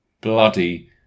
bloody